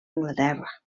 anglaterra